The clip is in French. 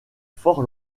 fort